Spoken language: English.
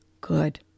Good